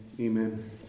Amen